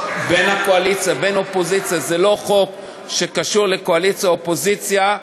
אם בקואליציה ואם באופוזיציה: זה לא חוק שקשור לקואליציה אופוזיציה,